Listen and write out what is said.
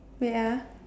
wait ah